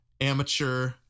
amateur